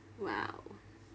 !wow!